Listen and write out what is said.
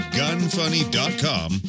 gunfunny.com